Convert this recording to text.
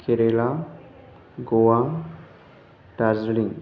केरेला ग'वा दारज्लिं